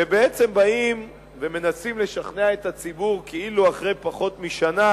ובעצם באים ומנסים לשכנע את הציבור כאילו אחרי פחות משנה